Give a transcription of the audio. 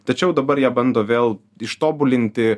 tačiau dabar ją bando vėl ištobulinti